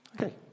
Okay